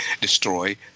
destroy